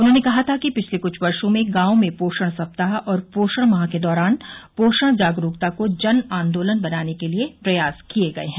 उन्होंने कहा था कि पिछले क्छ वर्षो में गांवों में पोषण सप्ताह और पोषण माह के दौरान पोषण जागरूकता को जनआंदोलन बनाने के लिए प्रयास किये गये हैं